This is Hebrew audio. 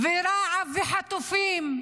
ורעב, וחטופים,